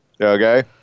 Okay